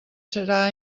serà